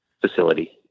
facility